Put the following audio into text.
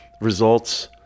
results